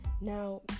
Now